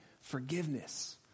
forgiveness